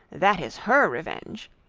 that is her revenge.